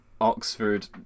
Oxford